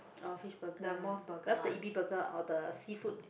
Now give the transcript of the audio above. uh fish burger ah love the Ebi Burger or the seafood